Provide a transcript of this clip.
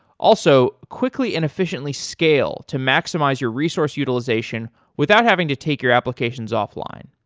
also, quickly and efficiently scale to maximize your resource utilization without having to take your applications off-line.